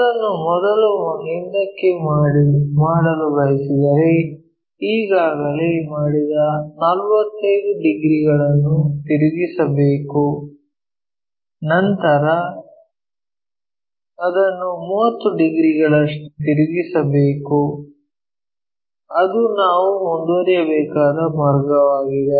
ಅದನ್ನು ಮೊದಲು ಹಿಂದಕ್ಕೆ ಮಾಡಲು ಬಯಸಿದರೆ ಈಗಾಗಲೇ ಮಾಡಿದ 45 ಡಿಗ್ರಿಗಳನ್ನು ತಿರುಗಿಸಬೇಕು ನಂತರ ಅದನ್ನು 30 ಡಿಗ್ರಿಗಳಷ್ಟು ತಿರುಗಿಸಬೇಕು ಅದು ನಾವು ಮುಂದುವರಿಯಬೇಕಾದ ಮಾರ್ಗವಾಗಿದೆ